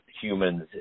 humans